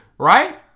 Right